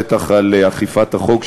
בטח אכיפת החוק,